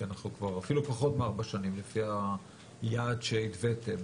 אפילו פחות מארבע שנים לפי היעד שהתוויתם,